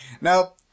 nope